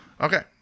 Okay